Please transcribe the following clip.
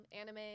anime